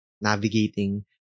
navigating